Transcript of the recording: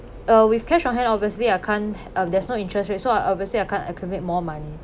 uh with cash on hand obviously I can't um there's no interest rate so I obviously I can't accumulate more money